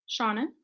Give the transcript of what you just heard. Shauna